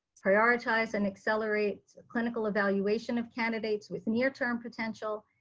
prioritize and accelerate clinical evaluation of candidates with near term potential,